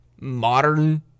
modern